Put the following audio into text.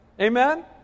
Amen